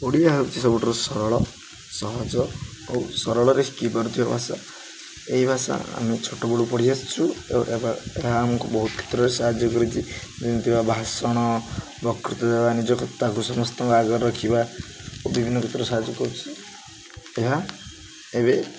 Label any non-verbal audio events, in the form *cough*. ଓଡ଼ିଆ ହେଉଛି ସବୁଠାରୁ ସରଳ ସହଜ ଓ ସରଳରେ *unintelligible* ଭାଷା ଏହି ଭାଷା ଆମେ ଛୋଟ ବେଳୁ ପଢ଼ି ଆସିଛୁ ଏବଂ ଏହା ଆମକୁ ବହୁତ କ୍ଷେତ୍ରରେ ସାହାଯ୍ୟ କରିଛି ଯେମିତି ବା ଭାଷଣ ବକୃତ ଦେବା ନିଜ ତାକୁ ସମସ୍ତଙ୍କ ଆଗରେ ରଖିବା ଓ ବିଭିନ୍ନ କ୍ଷେତ୍ରରେ ସାହାଯ୍ୟ କରିଛି ଏହା ଏବେ